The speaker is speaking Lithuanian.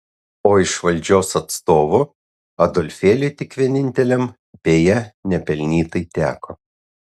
o iš valdžios atstovų adolfėliui tik vieninteliam beje nepelnytai teko